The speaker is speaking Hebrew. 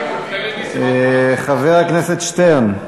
חבר הכנסת שטרן,